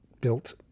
built